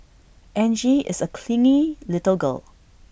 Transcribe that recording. Angie is A clingy little girl